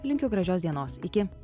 linkiu gražios dienos iki